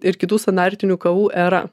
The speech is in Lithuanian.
ir kitų standartinių kavų era